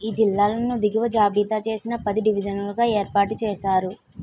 ఈ జిల్లాలను దిగువ జాబితా చేసిన పది డివిజిన్ లుగా ఏర్పాటు చేశారు